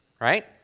right